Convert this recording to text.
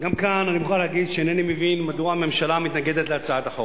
גם כאן אני מוכרח להגיד שאינני מבין מדוע הממשלה מתנגדת להצעת החוק.